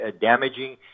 damaging